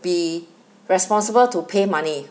be responsible to pay money